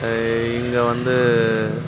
இங்கே வந்து